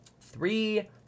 three